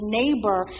neighbor